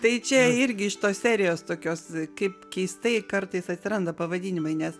tai čia irgi iš tos serijos tokios kaip keistai kartais atsiranda pavadinimai nes